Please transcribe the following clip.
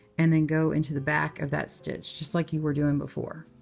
and then go into the back of that stitch. just like you were doing before,